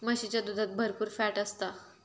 म्हशीच्या दुधात भरपुर फॅट असता